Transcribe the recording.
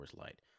Light